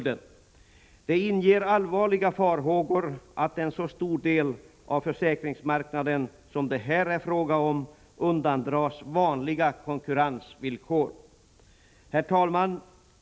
Det inger allvarliga farhågor att en så stor del av försäkringsmarknaden som det här gäller undandras vanliga konkurrensvillkor. Herr talman!